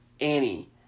Annie